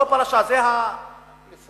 לא פרשה, זה הנושא.